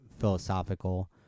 philosophical